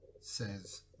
says